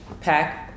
pack